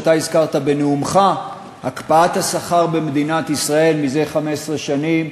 שאתה הזכרת בנאומך: הקפאת השכר במדינת ישראל מזה 15 שנים.